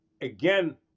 again